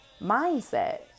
mindset